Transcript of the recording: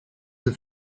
the